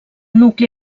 nucli